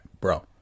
Bro